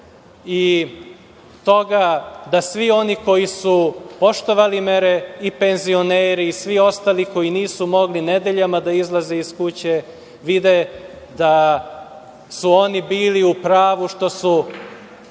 i toga da svi oni koji su poštovali mere i penzioneri i svi ostali koji nisu mogli nedeljama da izlaze iz kuće, vide da su oni bili u pravu što su